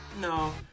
no